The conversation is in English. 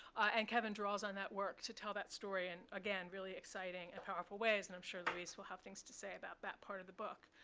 and kevin draws on that work to tell that story in, again, really exciting and powerful ways. and i'm sure luis will have things to say about that part of the book.